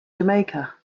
jamaica